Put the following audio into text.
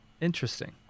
Interesting